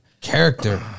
Character